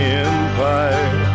empire